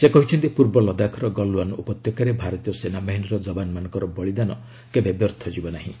ସେ କହିଛନ୍ତି ପୂର୍ବ ଲଦାଖର ଗଲୱାନ ଉପତ୍ୟକାରେ ଭାରତୀୟ ସେନାବାହିନୀର କବାନମାନଙ୍କର ବଳିଦାନ କେବେ ବ୍ୟର୍ଥ ଯିବ ନାହିଁ